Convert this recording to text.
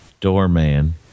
Doorman